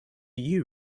you